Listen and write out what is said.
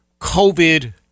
COVID